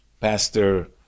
Pastor